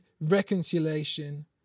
reconciliation